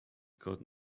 got